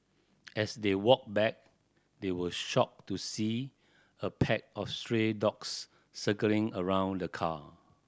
as they walked back they were shocked to see a pack of stray dogs circling around the car